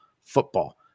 football